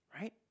right